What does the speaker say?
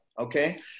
okay